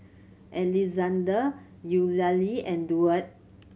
Alexzander Eulalie and Duard